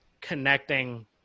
connecting